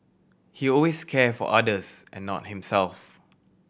he always care for others and not himself